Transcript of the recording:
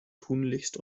tunlichst